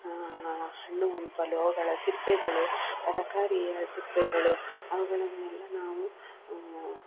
ಹಣ್ಣು ಹಂಪಲು ಅವುಗಳ ಸಿಪ್ಪೆಗಳು ತರಕಾರಿಯ ಸಿಪ್ಪೆಗಳು ಅವುಗಳನ್ನೆಲ್ಲ ನಾವು